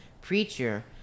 preacher